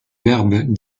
verbe